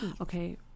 okay